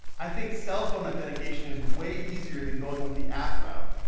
i think cellphone authentication is way easier than going with the app route,